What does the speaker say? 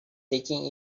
taking